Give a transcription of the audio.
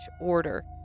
order